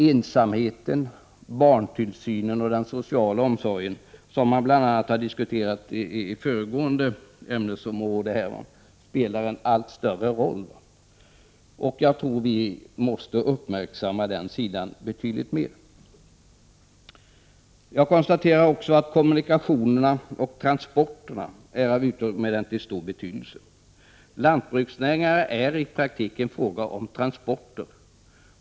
Ensamheten, barntillsynen och den sociala omsorgen, som har diskuterats inom det föregående ämnesområdet i den här debatten, spelar en allt större roll, och jag tror att vi måste uppmärksamma den situationen betydligt mer. Jag konstaterar också att kommunikationerna och transporterna är av utomordentligt stor betydelse. Lantbruksnäringarna är i praktiken en fråga om transporter.